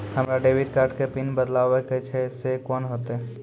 हमरा debit card के PIN बदलबावै के छैं से कौन होतै?